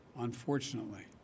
Unfortunately